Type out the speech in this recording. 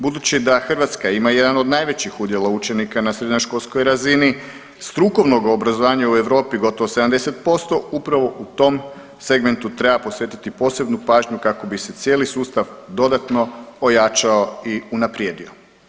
Budući da Hrvatska ima jedan od najvećih udjela učenika na srednjoškolskoj razini strukovnog obrazovanja u Europi gotovo 70% upravo u tom segmentu treba posvetiti posebnu pažnju kako bi se cijeli sustav dodatno ojačao i unaprijedio.